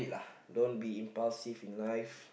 don't be impulsive in life